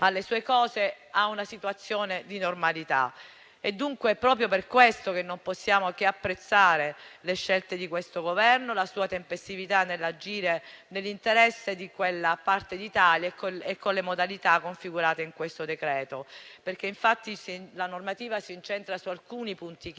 alle proprie cose e a una situazione di normalità. È dunque proprio per questo che non possiamo che apprezzare le scelte del Governo e la sua tempestività nell'agire nell'interesse di quella parte d'Italia e con le modalità configurate nel decreto-legge in conversione. La normativa si incentra su alcuni punti chiave.